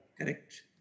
Correct